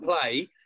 play